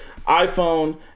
iPhone